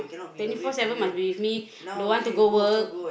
twenty four seven must be with me don't want to go work